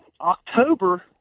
october